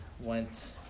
went